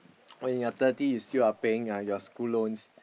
when you thirty you still are paying uh your school loans